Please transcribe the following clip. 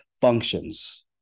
functions